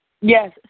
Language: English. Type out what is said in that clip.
Yes